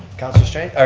councillor strange,